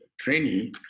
training